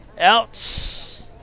out